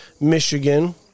Michigan